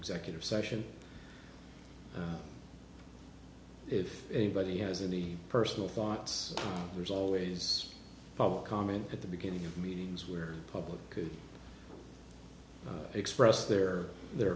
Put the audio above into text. executive session if anybody has any personal thoughts there's always public comment at the beginning of meetings where public could express their their